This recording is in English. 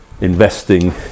investing